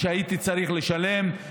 שהייתי צריך לשלם.